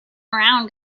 around